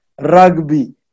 rugby